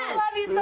love you. so